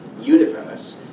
universe